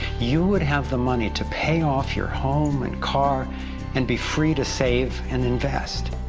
you would have the money to pay off your home and car and be free to save and invest.